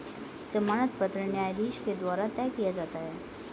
जमानत पत्र न्यायाधीश के द्वारा तय किया जाता है